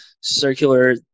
circular